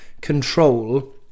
control